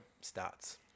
starts